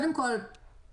קודם כול נבהיר,